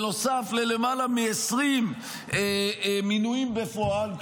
נוסף על למעלה מ-20 מינויים בפועל,